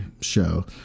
show